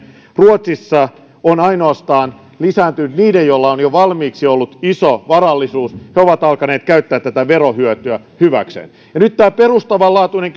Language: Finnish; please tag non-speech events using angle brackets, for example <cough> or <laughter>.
ruotsissa on ainoastaan lisääntynyt niiden sijoittaminen joilla on jo valmiiksi ollut iso varallisuus he ovat alkaneet käyttää tätä verohyötyä hyväkseen ja nyt tämä perustavanlaatuinen <unintelligible>